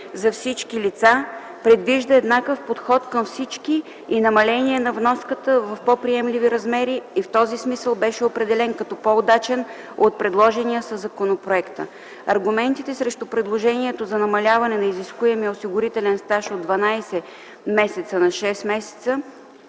за всички лица предвижда еднакъв подход към всички и намаление на вноската в по-приемливи размери и в този смисъл беше определен като по-удачен от предложения със законопроекта. Аргументите срещу предложението за намаляване на изискуемия осигурителен стаж от 12 месеца на 6 месеца